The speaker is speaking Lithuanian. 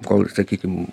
kol sakykim